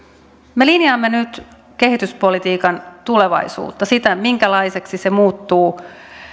me linjaamme nyt kehityspolitiikan tulevaisuutta sitä minkälaiseksi se muuttuu